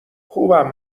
خوبم